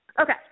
Okay